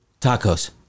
Tacos